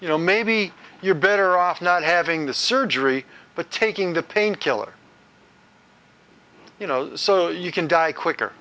you know maybe you're better off not having the surgery but taking the painkiller you know so you can die quicker